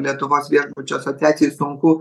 lietuvos viešbučių asociacijai sunku